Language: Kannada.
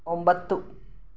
ಒಂಬತ್ತು